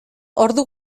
ordu